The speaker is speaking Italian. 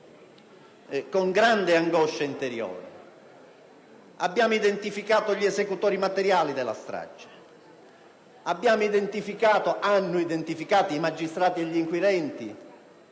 con grande angoscia interiore. Abbiamo identificato gli esecutori materiali della strage. Abbiamo identificato - i magistrati e gli inquirenti